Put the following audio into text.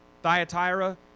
Thyatira